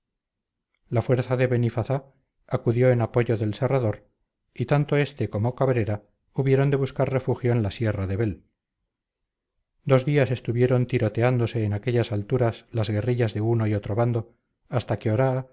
la fuerza de benifazá acudió en apoyo del serrador y tanto este como cabrera hubieron de buscar refugio en la sierra de bel dos días estuvieron tiroteándose en aquellas alturas las guerrillas de uno y otro bando hasta que oraa